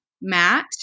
Matt